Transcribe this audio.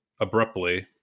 abruptly